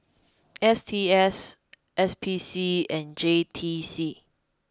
S T S S P C and J T C